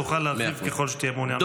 תוכל להרחיב ככל שתהיה מעוניין בכך.